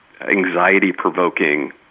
anxiety-provoking